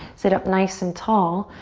sit up nice and tall.